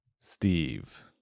Steve